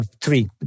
three